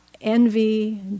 envy